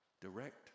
Direct